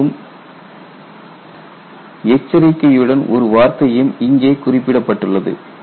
மேலும் எச்சரிக்கையுடன் ஒரு வார்த்தையும் இங்கே குறிப்பிடப்பட்டுள்ளது